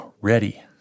ready